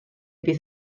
bydd